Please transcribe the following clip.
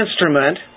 instrument